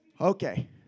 okay